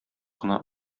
кына